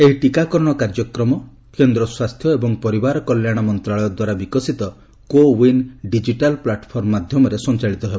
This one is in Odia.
ଏହି ଟିକାକରଣ କାର୍ଯ୍ୟକ୍ରମ କେନ୍ଦ୍ର ସ୍ୱାସ୍ଥ୍ୟ ଏବଂ ପରିବାର କଲ୍ୟାଶ ମନ୍ତ୍ରାଳୟ ଦ୍ୱାରା ବିକଶିତ କୋ ୱିନ୍ ଡିଜିଟାଲ୍ ପ୍ଲାଟଫର୍ମ ମାଧ୍ୟମରେ ସଂଚାଳିତ ହେବ